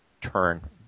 turn